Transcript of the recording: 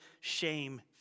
shame